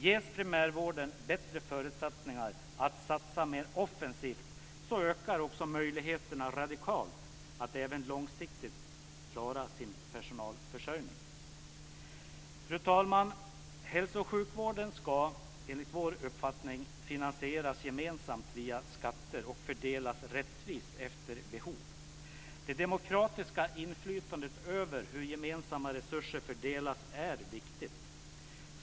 Ges primärvården bättre förutsättningar att satsa mer offensivt ökar också möjligheterna radikalt att även långsiktigt klara sin personalförsörjning. Fru talman! Hälso och sjukvården ska enligt vår uppfattning finansieras gemensamt via skatter och fördelas rättvist efter behov. Det demokratiska inflytandet över hur gemensamma resurser fördelas är viktigt.